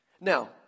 Now